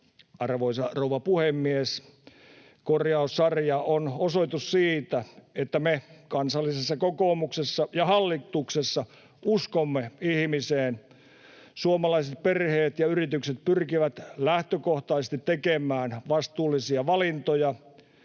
Arvoisa rouva puhemies! Korjaussarja on osoitus siitä, että me Kansallisessa Kokoomuksessa ja hallituksessa uskomme ihmiseen. Suomalaiset perheet ja yritykset pyrkivät lähtökohtaisesti tekemään vastuullisia valintoja.